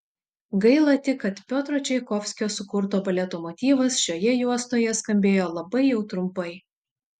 gaila tik kad piotro čaikovskio sukurto baleto motyvas šioje juostoje skambėjo labai jau trumpai